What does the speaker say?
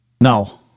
No